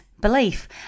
belief